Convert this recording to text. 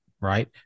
right